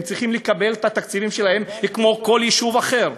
הם צריכים לקבל את התקציבים שלהם כמו כל יישוב אחר,